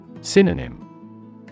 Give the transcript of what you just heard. Synonym